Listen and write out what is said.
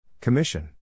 Commission